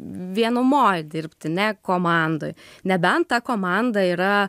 vienumoj dirbti ne komandoj nebent ta komanda yra